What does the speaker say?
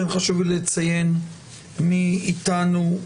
כן חשוב לי לציין מי איתנו,